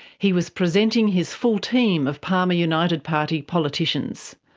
he was presenting his full team of palmer united party politicians.